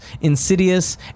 Insidious